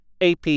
AP